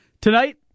Tonight